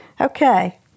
Okay